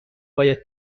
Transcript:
باید